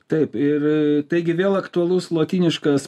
taip ir taigi vėl aktualus lotyniškas